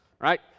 right